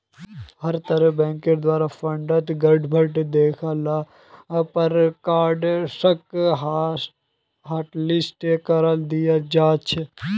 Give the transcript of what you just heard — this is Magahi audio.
हर तरहर बैंकेर द्वारे फंडत गडबडी दख ल पर कार्डसक हाटलिस्ट करे दियाल जा छेक